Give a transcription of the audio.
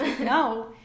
No